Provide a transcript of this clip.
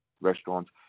restaurants